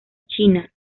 china